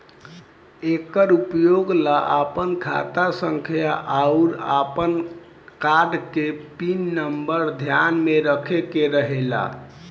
एकर उपयोग ला आपन खाता संख्या आउर आपन कार्ड के पिन नम्बर ध्यान में रखे के रहेला